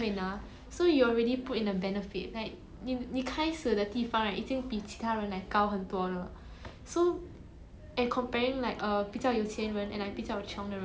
correct correct